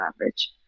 average